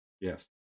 Yes